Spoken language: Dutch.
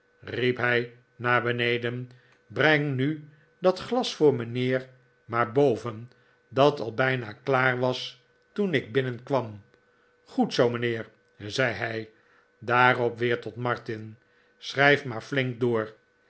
riep hij naar beneden breng nu dat glas voor mijnheer maar boven dat al bijna klaar was toen ik binnenkwam goed zoo mijnheer zei hij daarop weer tot martin schrijf maar flink door